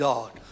God